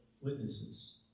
witnesses